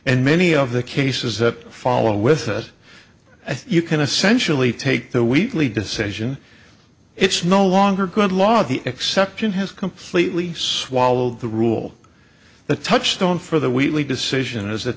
and many of the cases that follow with it i think you can essentially take the weekly decision it's no longer good law the exception has completely swallowed the rule the touchstone for the wheatley decision is that